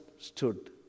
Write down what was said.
stood